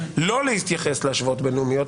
לא להתייחס להשוואות בין-לאומיות,